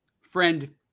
Friend